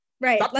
Right